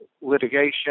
litigation